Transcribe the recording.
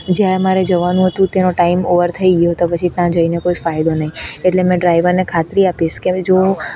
જ્યાં મારે જવાનું હતું તેનો ટાઈમ ઓવર થઈ ગયો તો પછી ત્યાં જઈને કોઈ ફાયદો નહીં એટલે મેં ડ્રાઇવરને ખાતરી આપીશ કે ભાઈ જોઓ